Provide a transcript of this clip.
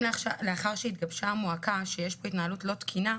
גם לאחר שהתגבשה המועקה שיש פה התנהלות לא תקינה,